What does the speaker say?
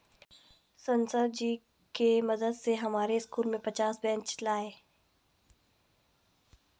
सांसद जी के मदद से हमारे स्कूल में पचास बेंच लाए